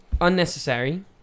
Unnecessary